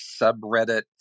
subreddit